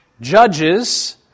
Judges